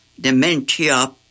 dementia